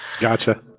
Gotcha